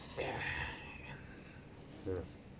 uh